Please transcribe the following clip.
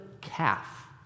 calf